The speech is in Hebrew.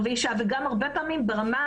הרבה פעמים גם ברמה